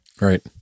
Right